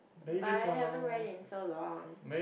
but I haven't read it in so long